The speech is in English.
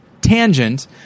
tangent